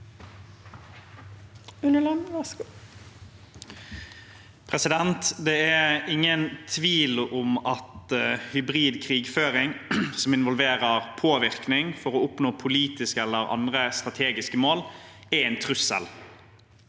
Det er in- gen tvil om at hybrid krigføring som involverer påvirkning for å oppnå politiske eller andre strategiske mål, er en trussel,